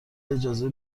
اجازه